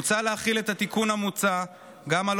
מוצע להחיל את התיקון המוצע גם על